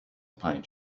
pine